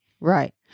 Right